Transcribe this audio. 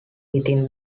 within